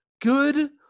good